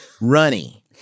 Runny